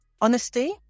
honesty